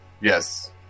yes